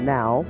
Now